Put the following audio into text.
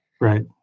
right